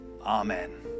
Amen